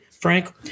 Frank